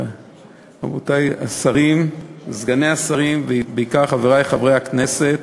רבותי השרים, סגני השרים, ובעיקר חברי חברי הכנסת,